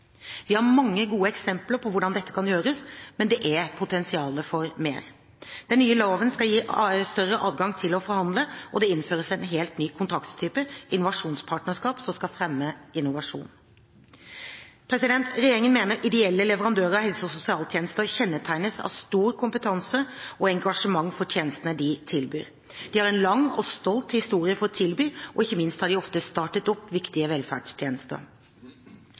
Vi har mange gode eksempler på hvordan dette kan gjøres, men det er potensial for mer. Den nye loven skal gi større adgang til å forhandle, og det innføres en helt ny kontraktstype, innovasjonspartnerskap, som skal fremme innovasjon. Regjeringen mener ideelle leverandører av helse- og sosialtjenester kjennetegnes av stor kompetanse og engasjement for tjenestene de tilbyr. De har en lang og stolt historie i å tilby – og ikke minst har de ofte startet opp – viktige velferdstjenester.